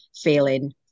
feeling